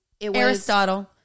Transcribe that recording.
Aristotle